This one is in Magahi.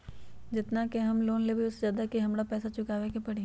जेतना के हम लोन लेबई ओ से ज्यादा के हमरा पैसा चुकाबे के परी?